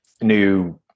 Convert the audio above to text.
new